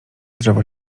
drzewo